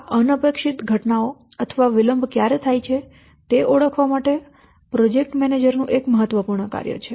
આ અનપેક્ષિત ઘટનાઓ અથવા વિલંબ ક્યારે થાય છે તે ઓળખવા માટે પ્રોજેક્ટ મેનેજર નું એક મહત્વપૂર્ણ કાર્ય છે